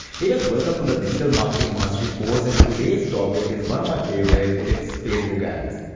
hey guys, welcome to the digital marketing mastery course, and today's topic is one of my favorites, it's facebook ads.